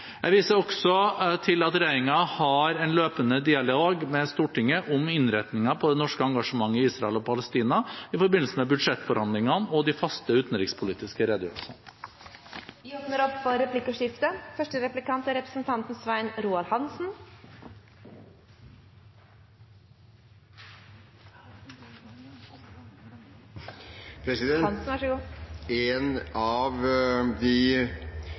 Jeg viser også til at regjeringen har en løpende dialog med Stortinget om innretningen på det norske engasjementet i Israel og Palestina i forbindelse med budsjettforhandlingene og de faste utenrikspolitiske redegjørelsene. Det blir replikkordskifte. En av de